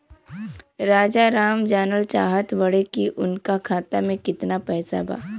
राजाराम जानल चाहत बड़े की उनका खाता में कितना पैसा बा?